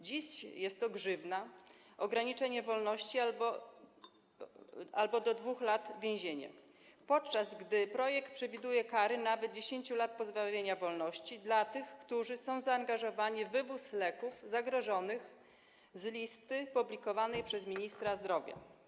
Dziś jest to grzywna, ograniczenie wolności albo do 2 lat więzienia, podczas gdy projekt przewiduje kary nawet do 10 lat pozbawienia wolności dla tych, którzy są zaangażowani w wywóz leków zagrożonych z listy publikowanej przez ministra zdrowia.